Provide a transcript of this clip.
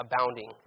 abounding